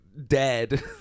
Dead